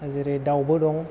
जेरै दाउबो दं